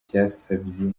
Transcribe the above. byasabye